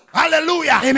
hallelujah